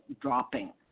dropping